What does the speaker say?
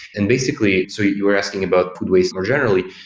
and basically, so you are asking about food waste more generally.